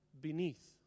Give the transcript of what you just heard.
beneath